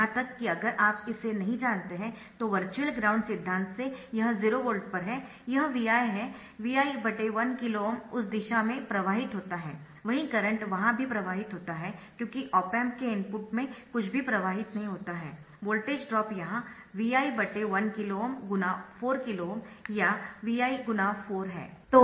यहां तक कि अगर आप इसे नहीं जानते है तो वर्चुअल ग्राउंड सिद्धांत से यह 0 वोल्ट पर है यह Vi है Vi 1 KΩ उस दिशा में प्रवाहित होता है वही करंट वहां भी प्रवाहित होता है क्योंकि ऑप एम्प के इनपुट में कुछ भी प्रवाहित नहीं होता है वोल्टेज ड्रॉप यहाँ Vi1KΩ × 4KΩ या Vi × 4 है